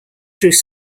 through